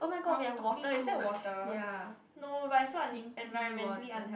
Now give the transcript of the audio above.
from talking too much ya simply water